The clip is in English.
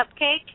cupcake